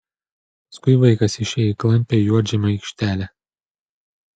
paskui vaikas išėjo į klampią juodžemio aikštelę